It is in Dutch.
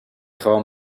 gewoon